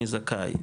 מי זכאי,